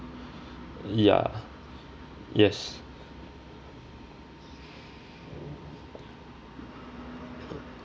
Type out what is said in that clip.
ya yes